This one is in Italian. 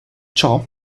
ciò